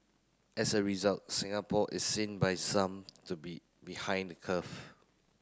as a result Singapore is seen by some to be behind the curve